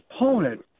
opponent